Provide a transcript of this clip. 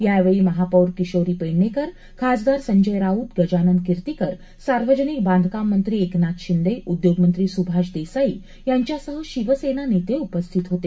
यावेळी महापौर किशोरी पेडणेकर खासदार संजय राऊत गजानन कीर्तिकर सार्वजनिक बांधकाम मंत्री एकनाथ शिंदे उद्योगमंत्री सुभाष देसाई यांच्यासह शिवसेना नेते उपस्थित होते